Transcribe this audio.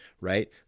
right